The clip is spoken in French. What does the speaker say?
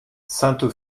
sainte